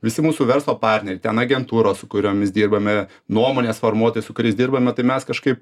visi mūsų verslo partneriai ten agentūros su kuriomis dirbame nuomonės formuotojai su kuriais dirbame tai mes kažkaip